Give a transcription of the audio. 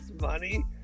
money